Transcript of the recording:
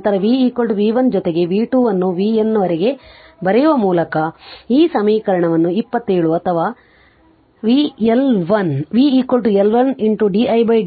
ನಂತರ v v 1 ಜೊತೆಗೆ v 2 ವನ್ನು v N ವರೆಗೆ ಬರೆಯುವ ಮೂಲಕ ಈ ಸಮೀಕರಣವನ್ನು 27 ಅಥವಾ v L 1